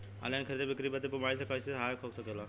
Online खरीद बिक्री बदे मोबाइल कइसे सहायक हो सकेला?